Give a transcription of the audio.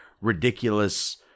ridiculous